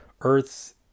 Earths